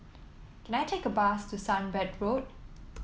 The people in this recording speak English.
can I take a bus to Sunbird Road